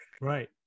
Right